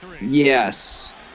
Yes